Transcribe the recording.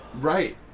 Right